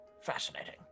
Fascinating